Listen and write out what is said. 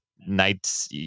nights